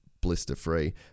blister-free